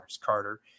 Carter